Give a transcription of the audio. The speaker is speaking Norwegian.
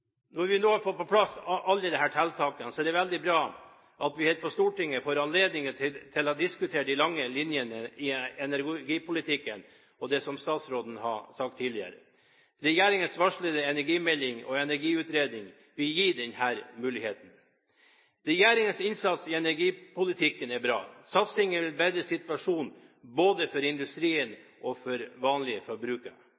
Når vi nå har fått på plass alle disse tiltakene, er det veldig bra at vi her på Stortinget får anledning til å diskutere de lange linjene i energipolitikken, som statsråden har sagt tidligere. Regjeringens varslede energimelding og energiutredning vil gi denne muligheten. Regjeringens innsats i energipolitikken er bra. Satsingen vil bedre situasjonen både for